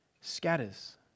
scatters